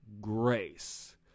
grace